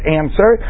answer